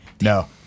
No